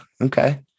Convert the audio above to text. Okay